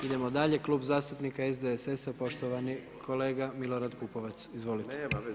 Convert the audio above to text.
Idemo dalje, Klub zastupnika SDSS-a, poštovani kolega Milorad Pupovac, izvolite.